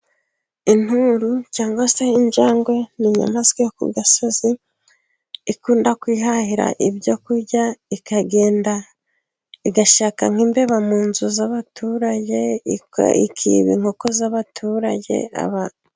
Inturo cyangwa se injangwe ni inyamaswa yo ku gasozi ikunda kwihahira ibyo kurya, ikagenda igashaka nk'imbeba mu nzu z'abaturage, ikiba inkoko z'abaturage, abantu.